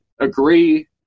agree